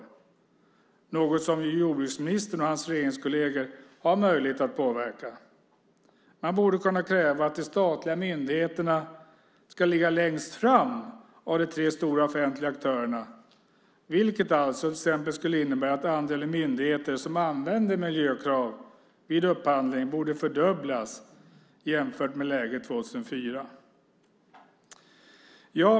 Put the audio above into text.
Det är något som jordbruksministern och hans regeringskolleger har möjlighet att påverka. Man borde kunna kräva att de statliga myndigheterna ska ligga längst fram av de tre stora offentliga aktörerna, vilket alltså till exempel skulle innebära att andelen myndigheter som använder miljökrav vid upphandling borde fördubblas jämfört med läget 2004.